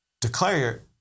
declare